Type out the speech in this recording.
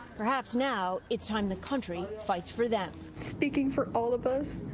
perhaps now it's time the country fights for them. speaking for all of us,